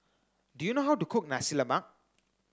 do you know how to cook Nasi Lemak